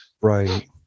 Right